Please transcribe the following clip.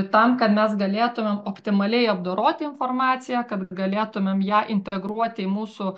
tam kad mes galėtumėm optimaliai apdoroti informaciją kad galėtumėm ją integruoti į mūsų